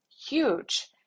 huge